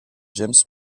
james